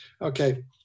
Okay